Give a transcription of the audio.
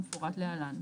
כמפורט להלן: